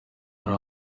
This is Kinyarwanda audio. hari